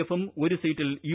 എഫും ഒരു സീറ്റിൽ യു